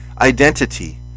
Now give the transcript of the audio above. identity